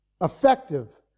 effective